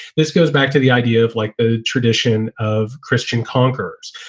this goes back to the idea of like a tradition of christian conquerors.